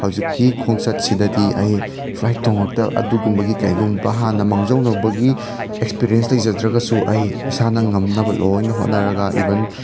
ꯍꯧꯖꯤꯛꯀꯤ ꯈꯣꯡꯆꯠꯁꯤꯗꯗꯤ ꯑꯩ ꯐ꯭ꯂꯥꯏꯠ ꯇꯣꯡꯉꯛꯇ ꯑꯗꯨꯒꯨꯝꯕꯒꯤ ꯀꯩꯒꯨꯝꯕ ꯍꯥꯟꯅ ꯃꯥꯡꯖꯧꯅꯕꯒꯤ ꯑꯦꯛꯁꯄꯤꯔꯦꯟꯁ ꯂꯩꯖꯗ꯭ꯔꯒꯁꯨ ꯑꯩ ꯏꯁꯥꯅ ꯉꯝꯅꯕ ꯂꯣꯏꯅ ꯍꯣꯠꯅꯔꯒ ꯏꯕꯟ